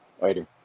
later